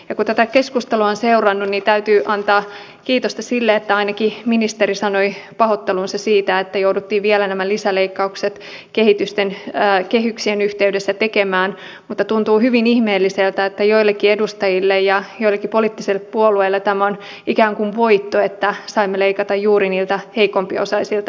kun tätä keskustelua on seurannut niin täytyy antaa kiitosta sille että ainakin ministeri sanoi pahoittelunsa siitä että jouduttiin vielä nämä lisäleikkaukset kehyksien yhteydessä tekemään mutta tuntuu hyvin ihmeelliseltä että joillekin edustajille ja poliittisille puolueille tämä on ikään kuin voitto että saivat leikata juuri niiltä heikompiosaisilta ihmisiltä maailmassa